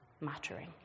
mattering